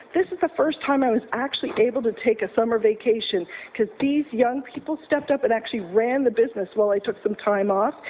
this is the first time i was actually able to take a summer vacation because these young people stepped up and actually ran the business while i took some time off.